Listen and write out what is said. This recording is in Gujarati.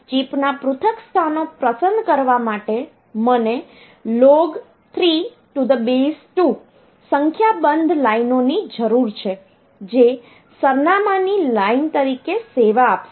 ચિપના પૃથક સ્થાનો પસંદ કરવા માટે મને log2 સંખ્યાબંધ લાઈનો ની જરૂર છે જે સરનામાંની લાઈન તરીકે સેવા આપશે